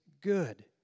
good